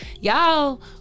y'all